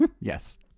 Yes